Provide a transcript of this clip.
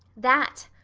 that,